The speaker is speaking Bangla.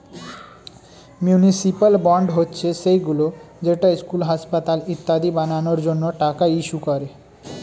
মিউনিসিপ্যাল বন্ড হচ্ছে সেইগুলো যেটা স্কুল, হাসপাতাল ইত্যাদি বানানোর জন্য টাকা ইস্যু করে